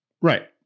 Right